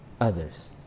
others